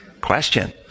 Question